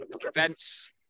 prevents